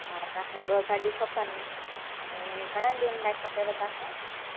हा तव्हांखे ॿ ॻाॾयू खपन माने घणन ॾींहन लाए खपेव तव्हांखे